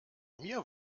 mir